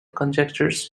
conjectures